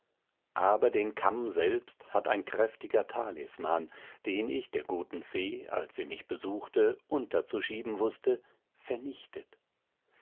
aber den kamm selbst hat ein kräftiger talisman den ich der guten fee als sie mich besuchte unterzuschieben wußte vernichtet